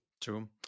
True